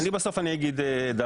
בסוף אני אגיד את דעתי.